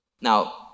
Now